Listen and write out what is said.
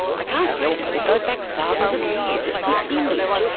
i can't help it, it goes back thousands of years, it's the image.